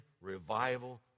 revival